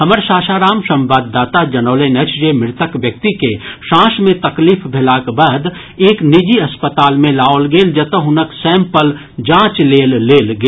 हमर सासाराम संवाददाता जनौलनि अछि जे मृतक व्यक्ति के सांस मे तकलीफ भेलाक बाद एक निजी अस्पताल मे लाओल गेल जतऽ हुनक सैंपल जांच लेल लेल गेल